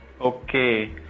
Okay